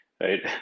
right